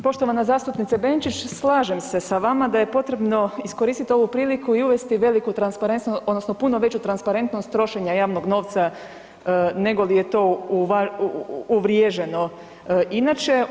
Poštovana zastupnice Benčić, slažem se sa vama da je potrebno iskoristiti ovu priliku i uvesti veliku transparentnost odnosno puno veću transparentnost trošenja javnog novca nego li je to uvriježeno inače.